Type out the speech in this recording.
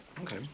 Okay